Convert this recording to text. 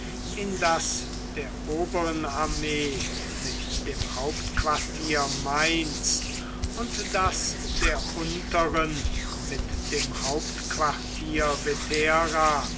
in das der oberen armee mit dem hauptquartier mainz und das der unteren mit dem hauptquartier